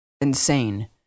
insane